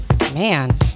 Man